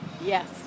Yes